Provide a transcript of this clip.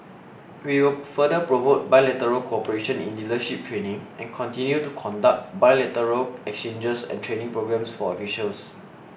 we will further promote bilateral cooperation in leadership training and continue to conduct bilateral exchanges and training programs for officials